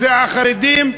החרדים והערבים.